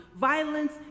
Violence